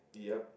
yup